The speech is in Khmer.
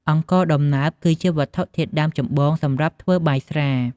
អង្ករដំណើប គឺជាវត្ថុធាតុដើមចម្បងសម្រាប់ធ្វើបាយស្រា។